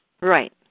Right